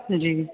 جی